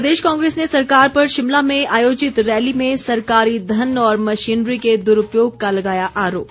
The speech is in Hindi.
प्रदेश कांग्रेस ने सरकार पर शिमला में आयोजित रैली में सरकारी धन और मशीनरी के दुरूपयोग का लगाया आरोप